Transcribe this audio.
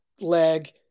leg